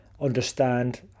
understand